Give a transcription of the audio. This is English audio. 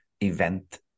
event